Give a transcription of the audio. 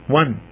one